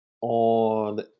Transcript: on